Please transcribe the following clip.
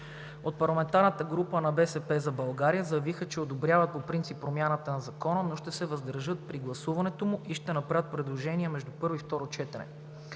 От парламентарната група на „БСП за България“ заявиха, че одобряват по принцип промяната на Закона, но ще се въздържат при гласуването му и ще направят предложения между първо и второ четене.